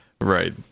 Right